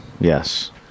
Yes